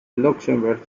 luxembourg